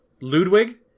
Ludwig